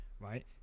right